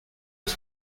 his